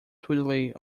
twiddly